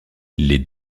les